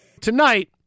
Tonight